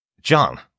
John